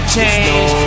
change